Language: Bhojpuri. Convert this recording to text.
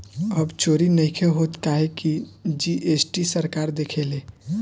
अब चोरी नइखे होत काहे की जी.एस.टी सरकार देखेले